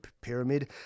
pyramid